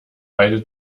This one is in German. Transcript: beide